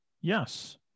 Yes